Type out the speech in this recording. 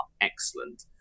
excellent